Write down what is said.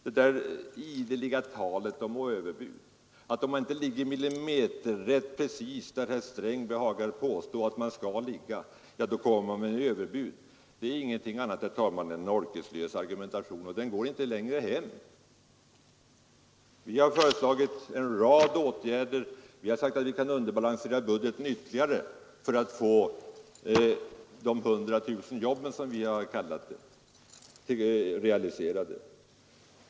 Det där ideliga talet om överbud, att om man inte ligger millimeterrätt, precis där herr Sträng behagar påstå att man skall ligga, kommer man med överbud, det är ingenting annat, herr talman, än orkeslös argumentation, och den går inte längre hem. Vi har föreslagit en rad åtgärder. Vi har sagt att vi kan underbalansera budgeten ytterligare för att få de 100 000 jobben, som vi har kallat dem, realiserade.